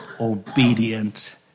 obedient